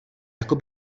jako